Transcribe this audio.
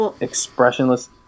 expressionless